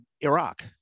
Iraq